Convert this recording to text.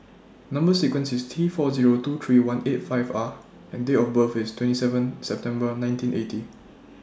Number sequence IS T four Zero two three one eight five R and Date of birth IS twenty seven September nineteen eighty